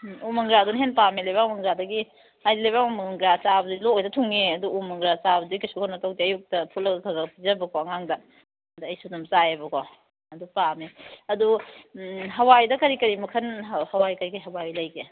ꯎꯝ ꯎ ꯃꯪꯒ꯭ꯔꯥꯗꯨꯅ ꯍꯦꯟꯅ ꯄꯥꯝꯃꯦ ꯂꯩꯕꯥꯛ ꯃꯪꯒ꯭ꯔꯥꯗꯒꯤ ꯍꯥꯏꯗꯤ ꯂꯩꯕꯥꯛ ꯃꯪꯒ꯭ꯔꯥ ꯆꯥꯕꯁꯤ ꯂꯣꯛ ꯍꯦꯛꯇ ꯊꯨꯡꯉꯦ ꯑꯗꯨ ꯎ ꯃꯪꯒ꯭ꯔꯥ ꯆꯥꯕꯁꯤꯗ ꯀꯩꯁꯨ ꯀꯩꯅꯣ ꯇꯧꯗꯦ ꯑꯌꯨꯛꯇ ꯐꯨꯠꯂ ꯈꯔ ꯈꯔ ꯄꯤꯖꯕꯀꯣ ꯑꯉꯥꯡꯗ ꯑꯗꯩ ꯑꯩꯁꯨ ꯑꯗꯨꯝ ꯆꯥꯏꯌꯦꯕꯀꯣ ꯑꯗꯨ ꯄꯥꯝꯃꯦ ꯑꯗꯣ ꯍꯋꯥꯏꯗ ꯀꯔꯤ ꯀꯔꯤ ꯃꯈꯜ ꯀꯩ ꯀꯩ ꯍꯋꯥꯏ ꯂꯩꯒꯦ